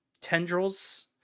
tendrils